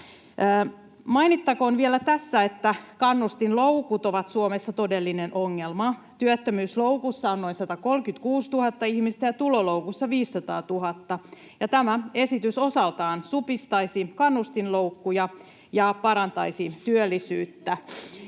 Mainittakoon vielä tässä, että kannustinloukut ovat Suomessa todellinen ongelma. Työttömyysloukussa on noin 136 000 ihmistä ja tuloloukussa 500 000, ja tämä esitys osaltaan supistaisi kannustinloukkuja ja parantaisi työllisyyttä.